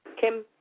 Kim